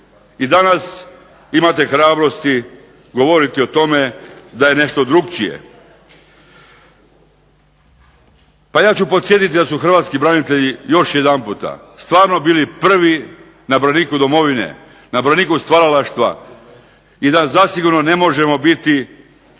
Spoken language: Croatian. I danas imate hrabrosti govoriti o tome da je nešto drukčije. Pa ja ću podsjetiti da su hrvatski branitelji još jedanputa stvarno bili prvi na braniku domovine, na braniku stvaralaštva i da zasigurno ne možemo biti